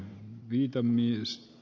kannatan